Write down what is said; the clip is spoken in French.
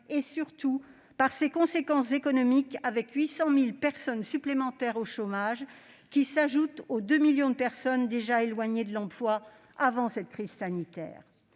et, surtout, par ses conséquences économiques, 800 000 personnes supplémentaires au chômage étant venues s'ajouter aux 2 millions de personnes déjà éloignées de l'emploi avant le déclenchement